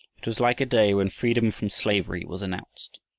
it was like a day when freedom from slavery was announced.